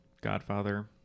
Godfather